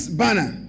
banner